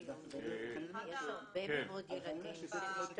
יש הרבה מאוד ילדים שמשתלבים.